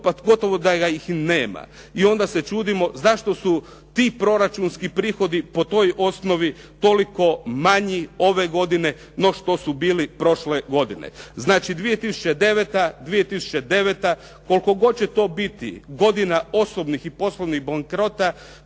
pa gotovo da ih nema. I onda se čudimo zašto su ti proračunski prihodi po toj osnovi toliko manji ove godine no što su bili prošle godine. Znači, 2009. koliko god će to biti godina osobnih i poslovnih bankrota